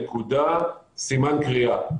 נקודה, סימן קריאה.